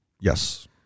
yes